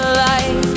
light